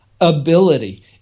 ability